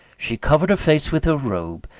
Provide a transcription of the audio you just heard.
she covered her face with her robe,